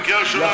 בקריאה הראשונה,